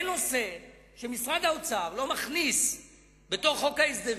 אין נושא שמשרד האוצר לא מכניס בתוך חוק ההסדרים.